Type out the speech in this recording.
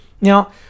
Now